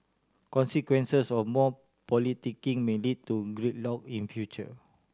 consequences of more politicking may lead to gridlock in future